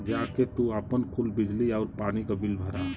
जा के तू आपन कुल बिजली आउर पानी क बिल भरा